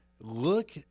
look